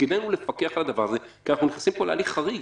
תפקידנו הוא לפקח על הדבר הזה כי אנחנו נכנסים פה להליך חריג.